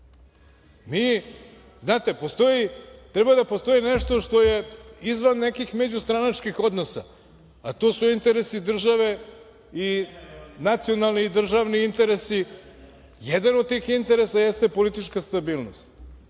ponašanja? Znate, treba da postoji nešto što je izvan nekih međustranačkih odnosa, a to su interesi države i nacionalni i državni interesi. Jedan od tih interesa jeste politička stabilnost,